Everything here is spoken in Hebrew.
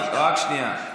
רק שנייה.